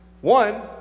One